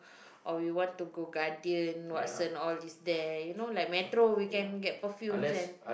or we want to go Guardian Watson all these there you know like Metro we can get perfumes and